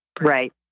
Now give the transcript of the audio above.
right